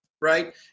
right